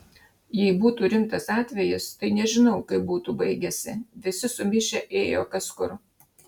jei būtų rimtas atvejis tai nežinau kaip būtų baigęsi visi sumišę ėjo kas kur